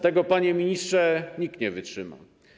Tego, panie ministrze, nikt nie wytrzyma.